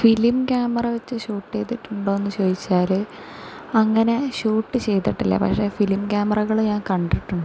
film camera വെച്ച് shoot ചെയ്തിട്ടുണ്ടോ എന്നു ചോദിച്ചാൽ അങ്ങനെ ഷൂട്ട് ചെയ്തിട്ടില്ല പക്ഷേ ഫിലിം ക്യാമറകൾ ഞാന് കണ്ടിട്ടുണ്ട്